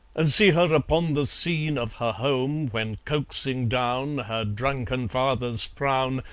and see her upon the scene of her home, when coaxing down her drunken father's frown,